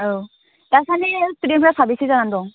औ दासान्दै स्टुदेन्टफ्रा साबैसे जानानै दं